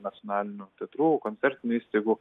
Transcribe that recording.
nacionalinių teatrų koncertinių įstaigų